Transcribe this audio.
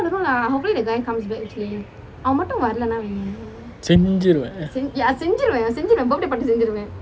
செஞ்சிருவேன்:senjiruven